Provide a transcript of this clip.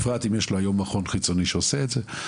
27.02.23. על סדר היום שלנו זה הממתינים לבדיקות ולוועדות מרב"ד.